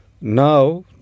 now